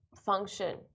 function